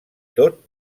tot